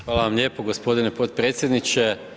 Hvala vam lijepo gospodine podpredsjedniče.